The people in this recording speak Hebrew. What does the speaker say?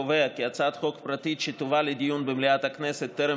קובע כי הצעת חוק פרטית שתובא לדיון במליאת הכנסת וטרם